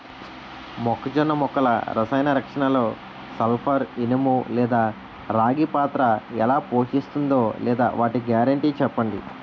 మొక్కజొన్న మొక్కల రసాయన రక్షణలో సల్పర్, ఇనుము లేదా రాగి పాత్ర ఎలా పోషిస్తుందో లేదా వాటి గ్యారంటీ చెప్పండి